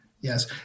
Yes